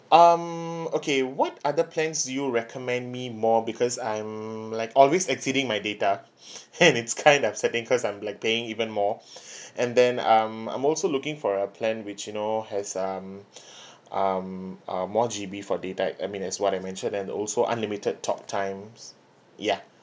um okay what are the plans do you recommend me more because I'm like always exceeding my data and it's kind upsetting because I'm like paying even more and then um I'm also looking for a plan which you know has um um uh more G_B for data I mean as what I mentioned and also unlimited talktimes ya